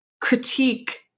critique